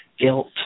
guilt